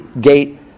gate